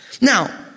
Now